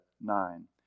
nine